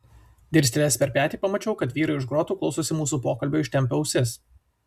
dirstelėjęs per petį pamačiau kad vyrai už grotų klausosi mūsų pokalbio ištempę ausis